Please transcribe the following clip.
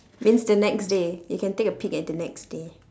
means the next day you can take a peek at the next day